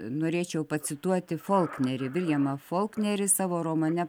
norėčiau pacituoti folknerį viljamą folknerį savo romane palaikų